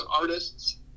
artists